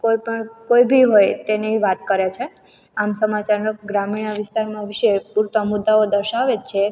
કોઈપણ કોઈ ભી હોય તેની વાત કરે છે આમ સમાચારનો ગ્રામ્ય વિસ્તારનો વિષય પૂરતા મુદ્દાઓ દર્શાવે છે